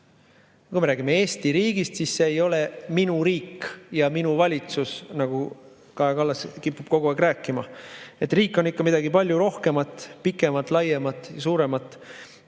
Kui me räägime Eesti riigist, siis see ei ole minu riik ja minu valitsus, nagu Kaja Kallas kipub kogu aeg rääkima. Riik on ikka midagi palju rohkemat, pikemat, laiemat ja suuremat